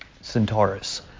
Centaurus